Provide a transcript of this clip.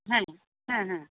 হ্যাঁ হ্যাঁ হ্যাঁ